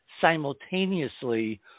simultaneously